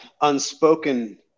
unspoken